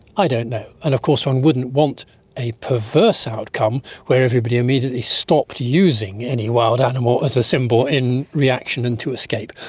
i don't know. and of course one wouldn't want a perverse outcome where everybody immediately stopped using any wild animal as a symbol in reaction and to escape,